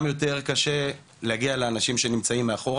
מה אתה חושב שחסר במלחמה בסמים בנושא של קנאביס.